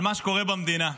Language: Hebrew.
על מה שקורה במדינה.